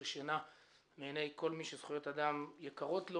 שינה מעיני כל מי שזכויות אדם יקרות לו